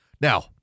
Now